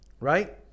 Right